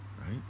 right